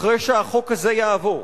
אחרי שהחוק הזה יעבור,